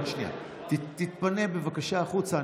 תתפנה בבקשה החוצה,